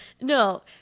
No